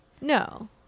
No